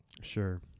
Sure